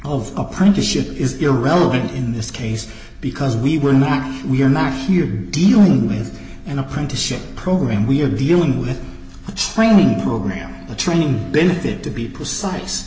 apprenticeship is irrelevant in this case because we were not we're not here dealing with an apprenticeship program we're dealing with a training program a training benefit to be precise